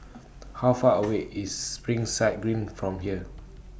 How Far away IS Springside Green from here